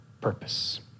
purpose